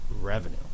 revenue